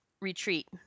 retreat